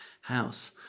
house